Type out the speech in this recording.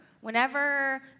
whenever